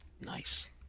nice